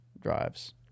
drives